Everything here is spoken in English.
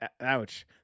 ouch